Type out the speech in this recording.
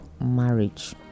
marriage